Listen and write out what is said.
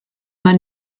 man